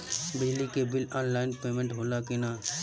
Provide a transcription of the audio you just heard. बिजली के bill online payment होला कि ना?